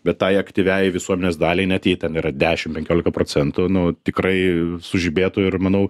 bet tai aktyviąjai visuomenės daliai net jei ten yra dešimt penkiolika procentų nu tikrai sužibėtų ir manau